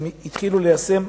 הם התחילו ליישם,